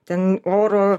ten oro